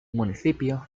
municipio